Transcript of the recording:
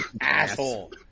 asshole